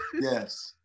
Yes